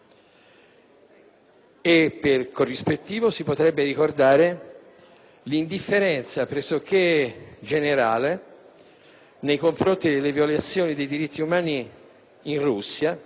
Per corrispettivo si potrebbe ricordare l'indifferenza pressoché generale nei confronti della violazione dei diritti umani in Russia,